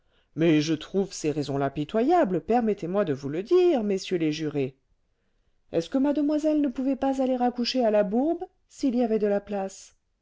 mais je trouve ces raisons-là pitoyables permettez-moi de vous le dire messieurs les jurés est-ce que mademoiselle ne pouvait pas aller accoucher à la bourbe s'il y avait de la place